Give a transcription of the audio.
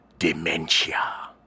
Dementia